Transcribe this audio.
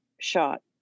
shot